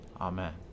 Amen